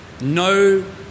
No